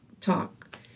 talk